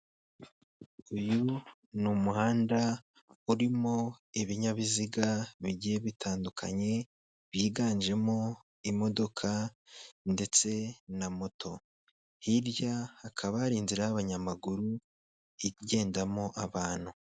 Uyu ni umuhanda urimo ibinyabiziga bigiye bitandukanye, byiganjemo imodoka ndetse na moto, hirya hakaba hari inzara y'abanyamaguru igendamo abantu.